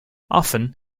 often